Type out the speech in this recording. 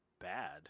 bad